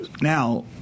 Now